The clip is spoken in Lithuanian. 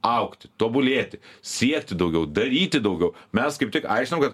augti tobulėti siekti daugiau daryti daugiau mes kaip tik aiškinam kad